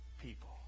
people